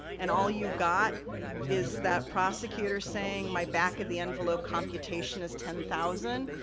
and all you've got is that prosecutor saying my back-of-the-envelope computation is ten thousand,